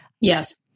Yes